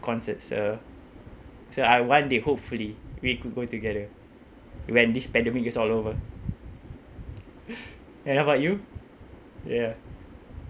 concerts so I one day hopefully we could go together when this pandemic is all over and how about you ya